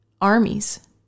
armies